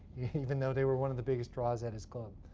even though they were one of the biggest draws at his club.